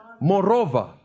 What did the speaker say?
Moreover